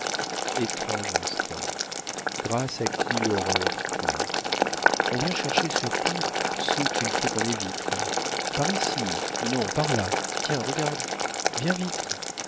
étrange instinct grâce à qui l'horreur plaît on vient chercher surtout ceux qu'il faut qu'on évite par ici non par là tiens regarde viens vite